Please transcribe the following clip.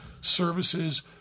services